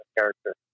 character